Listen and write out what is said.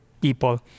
people